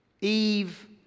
Eve